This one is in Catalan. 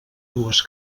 dues